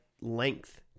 length